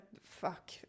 fuck